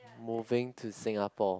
moving to Singapore